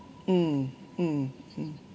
mm mm mm